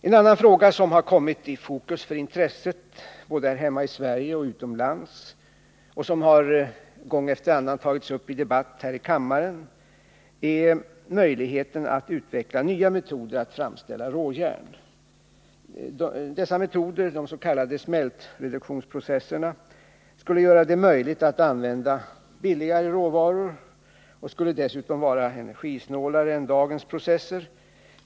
En annan fråga som har kommit i fokus för intresset — både i Sverige och utomlands, och som flera gånger har debatterats här i kammaren — är möjligheten att utveckla nya metoder att framställa råjärn. Dessa metoder, de s.k. smältreduktionsprocesserna, skulle göra det möjligt att använda billigare råvaror och skulle dessutom vara energisnålare än dagens processer.